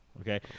Okay